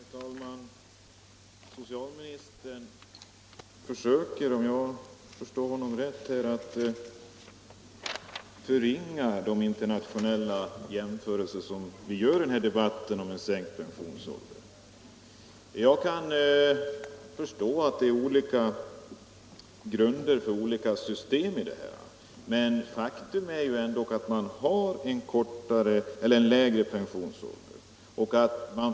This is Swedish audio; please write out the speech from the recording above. Herr talman! Herr socialministern försöker, om jag förstår honom rätt, att förringa de internationella jämförelser som vi gör i denna debatt om en sänkning av pensionsåldern. Jag förstår att olika system har olika grunder, men faktum är ändå att man på många håll utomlands har lägre pensionsålder.